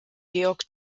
georg